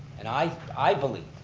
and i i believe,